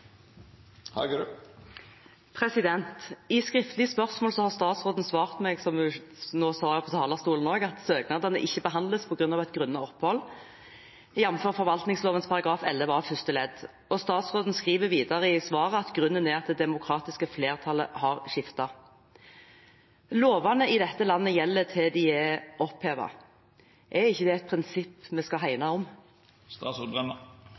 skriftlig spørsmål har statsråden svart meg som hun nå sa på talerstolen også, at søknadene ikke behandles pga. et grunnet opphold, jf. forvaltningsloven § 11 a første ledd. Statsråden skriver videre i svaret at grunnen er at det demokratiske flertallet har skiftet. Lovene i dette landet gjelder til de er opphevet. Er ikke det et prinsipp vi skal hegne